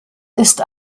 ist